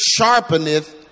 sharpeneth